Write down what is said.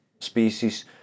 species